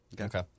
Okay